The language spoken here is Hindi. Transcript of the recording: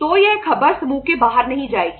तो यह खबर समूह से बाहर नहीं जाएगी